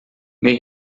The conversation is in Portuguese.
meu